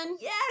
Yes